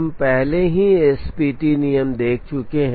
हम पहले ही एसपीटी नियम देख चुके हैं